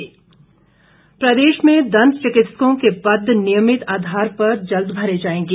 CM प्रदेश में दंत चिकित्सकों के पद नियमित आधार पर जल्द भरे जाएंगे